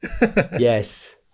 yes